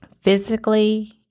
physically